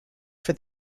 for